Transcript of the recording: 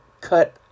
cut